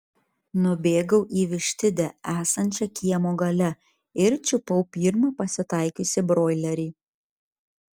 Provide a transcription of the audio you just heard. nubėgau į vištidę esančią kiemo gale ir čiupau pirmą pasitaikiusį broilerį